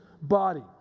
body